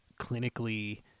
clinically